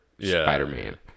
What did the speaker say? Spider-Man